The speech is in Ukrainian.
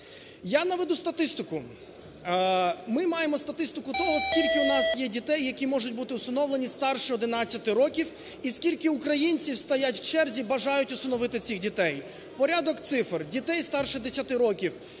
Я наведу статистику. Ми маємо статистику того, скільки у нас є дітей, які можуть бути усиновлені старше 11 років і скільки українців стоять в черзі, бажають усиновити цих дітей. Порядок цифр: дітей старше 10 років